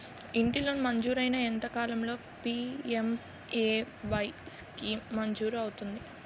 ఇంటి లోన్ మంజూరైన ఎంత కాలంలో పి.ఎం.ఎ.వై స్కీమ్ మంజూరు అవుతుంది?